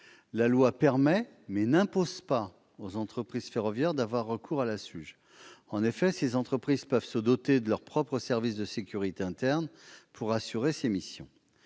la loi permet, mais n'impose pas, aux entreprises ferroviaires d'avoir recours à la SUGE, ces entreprises pouvant se doter de leurs propres services de sécurité internes pour assurer ces missions.